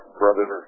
brother